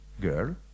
girl